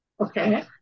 Okay